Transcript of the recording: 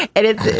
it is